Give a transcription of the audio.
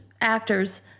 actors